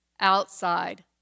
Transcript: outside